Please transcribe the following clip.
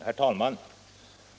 Herr talman!